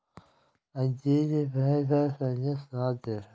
अंजीर के पेड़ पर मैंने साँप देखा